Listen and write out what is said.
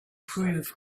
prove